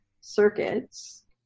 circuits